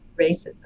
racism